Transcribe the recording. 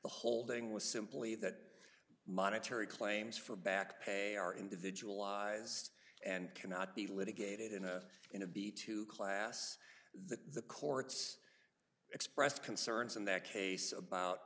holding was simply that monetary claims for back pay are individual lies and cannot be litigated in a in a b two class the courts expressed concerns in that case about